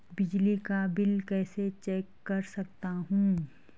बिजली का बिल कैसे चेक कर सकता हूँ?